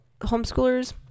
Homeschoolers